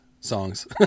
songs